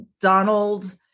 Donald